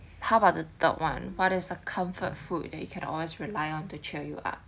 how about the third one what is a comfort food that you can always rely on to cheer you up